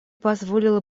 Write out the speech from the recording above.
позволило